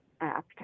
Act